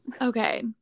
okay